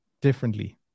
differently